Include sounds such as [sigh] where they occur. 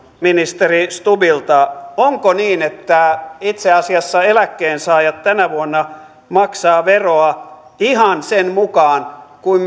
ministeri stubbilta onko niin että itse asiassa eläkkeensaajat tänä vuonna maksavat veroa ihan sen mukaan kuin [unintelligible]